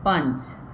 ਪੰਜ